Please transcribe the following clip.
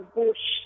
bush